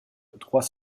trois